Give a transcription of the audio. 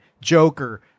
Joker